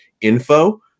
info